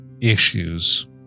issues